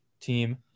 team